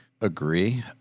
agree